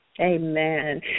Amen